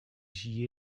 j’y